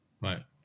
right